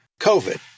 COVID